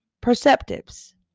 perceptives